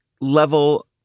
level